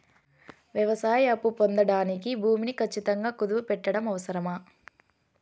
వ్యవసాయ అప్పు పొందడానికి భూమిని ఖచ్చితంగా కుదువు పెట్టడం అవసరమా?